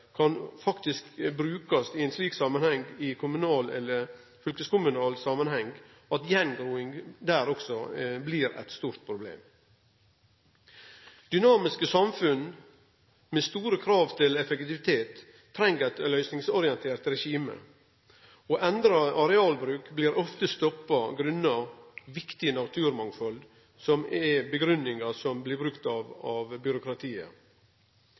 kan faktisk brukast i ein slik samanheng – i kommunal eller fylkeskommunal samanheng – og gjengroing blir også der eit stort problem. Dynamiske samfunn med store krav til effektivitet treng eit løysingsorientert regime, og endra arealbruk blir ofte stoppa grunna viktig naturmangfald – som er grunngivinga som blir brukt av byråkratiet.